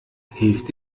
hilft